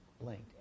linked